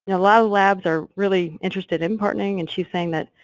and a lot of labs are really interested in partnering and she's saying that,